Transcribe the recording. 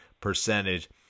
percentage